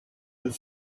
and